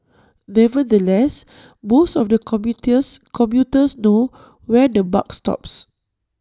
nevertheless most of the commuters know where the buck stops